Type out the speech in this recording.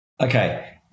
okay